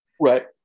Right